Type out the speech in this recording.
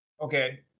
Okay